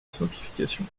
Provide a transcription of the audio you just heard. simplification